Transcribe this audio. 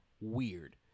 weird